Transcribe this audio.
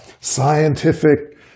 scientific